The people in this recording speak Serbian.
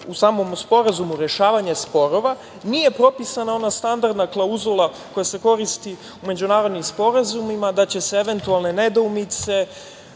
u samom sporazumu rešavanja sporova nije propisana ona standardna klauzula koja se koristi u međunarodnim sporazumima da će se eventualne nedoumice,